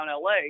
LA